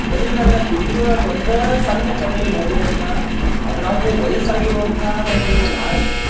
ಬರೀ ನನ್ನ ಕಿಟಕಿ ಒಳಗೆ ಒಂದು ಸಣ್ಣ ಕಂಡ್ಲಿ ನೋಡಿದಂಥ ಅದರಾಗು ವಯಸ್ಸಾಗಿರುವಂಥ ಒಂದು ನಾಯಿ